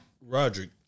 Roderick